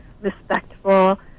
respectful